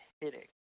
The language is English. hitting